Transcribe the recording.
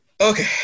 Okay